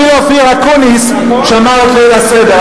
אפילו אופיר אקוניס שמר את ליל הסדר,